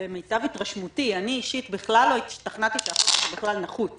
אני בכלל לא השתכנעתי שהחוק הזה בכלל נחוץ